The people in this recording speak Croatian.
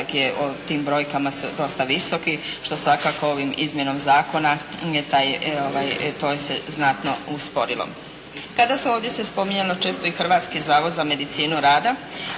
tim brojkama dosta visok što svakako ovom izmjenom zakona to se znatno usporilo. Kada se ovdje spominjalo često i Hrvatski zavod za medicinu rada